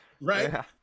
right